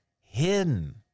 Hidden